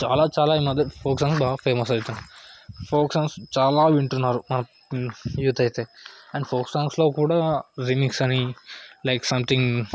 చాలా చాలా ఈ మధ్య ఫోక్ సాంగ్స్ బాగా ఫేమస్ అవుతున్నాయి ఫోక్ సాంగ్స్ చాలా వింటున్నారు యూత్ అయితే అండ్ ఫోక్ సాంగ్స్లో కూడా రీమిక్స్ అని లైక్ సంథింగ్